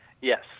Yes